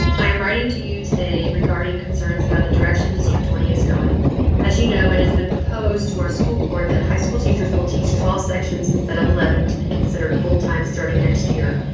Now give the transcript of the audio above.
i am writing to you today regarding concerns about the direction. district twenty is going as you know, it has been proposed to our school board that high school teachers will teach twelve sections instead of eleven to be considered full time starting next year.